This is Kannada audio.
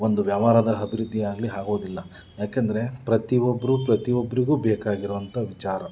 ಒಂದು ವ್ಯವಹಾರದ ಅಭಿವೃದ್ಧಿ ಆಗಲಿ ಆಗೋದಿಲ್ಲ ಯಾಕಂದರೆ ಪ್ರತಿಯೊಬ್ಬರು ಪ್ರತಿಯೊಬ್ಬರಿಗೂ ಬೇಕಾಗಿರುವಂಥ ವಿಚಾರ